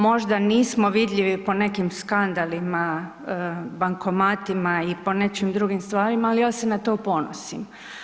Možda nismo vidljivi po nekim skandalima, bankomatima i po nekim drugim stvarima, ali ja se na to ponosim.